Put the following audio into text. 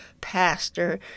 pastor